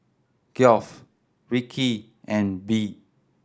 Geoff Rikki and Bee